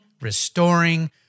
restoring